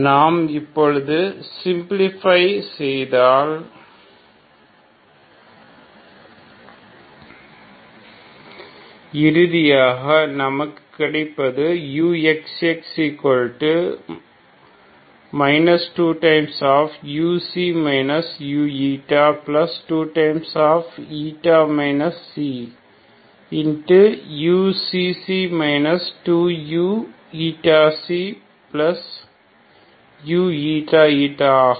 நாம் இப்பொழுது சிம்பிளிஃபை செய்தால் இறுதியாக நமக்கு கிடைப்பது uxx 2u u2 uξξ 2uηξuηηஆகும்